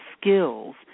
skills